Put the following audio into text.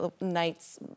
nights